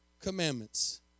commandments